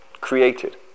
created